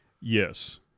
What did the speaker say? Yes